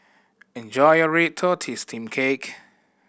enjoy your red tortoise steamed cake